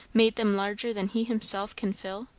made them larger than he himself can fill?